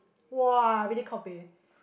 !wah! really kao peh